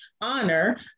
honor